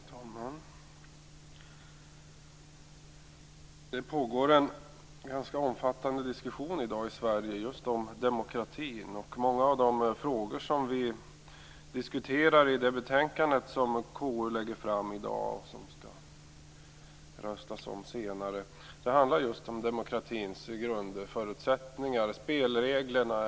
Fru talman! Det pågår en ganska omfattande diskussion i dag i Sverige om demokratin. Många av de frågor som vi diskuterar i det betänkande som KU lägger fram i dag och som vi kommer att rösta om senare handlar just om demokratins grundförutsättningar, spelreglerna.